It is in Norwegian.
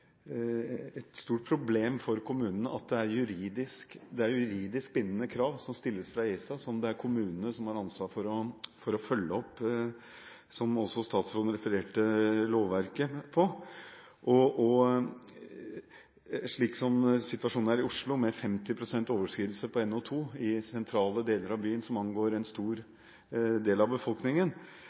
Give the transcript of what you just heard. et stort problem for kommunene at ESA stiller juridisk bindende krav som kommunene har ansvar for å følge opp, slik også statsråden refererte det fra lovverket. Slik situasjonen er i Oslo, med 50 pst. overskridelse på NO2 i sentrale deler av byen, noe som angår en stor del av befolkningen,